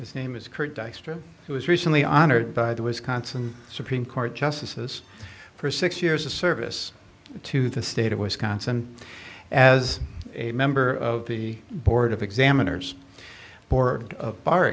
dykstra who was recently honored by the wisconsin supreme court justices for six years of service to the state of wisconsin as a member of the board of examiners board of bar